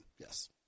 Yes